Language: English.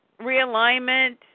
realignment